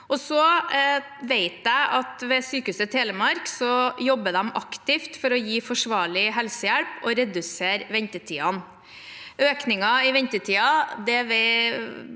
ved Sykehuset Telemark jobbes aktivt for å gi forsvarlig helsehjelp og redusere ventetidene. Økningen i ventetidene